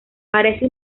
parece